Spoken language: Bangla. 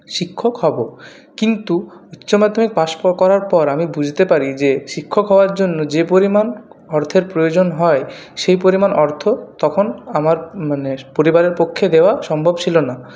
শিক্ষক হব কিন্তু উচ্চ মাধ্যমিক পাশ করার পর আমি বুঝতে পারি যে শিক্ষক হওয়ার জন্য যে পরিমাণ অর্থের প্রয়োজন হয় সেই পরিমাণ অর্থ তখন আমার মানে পরিবারের পক্ষে দেওয়া সম্ভব ছিল না